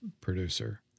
producer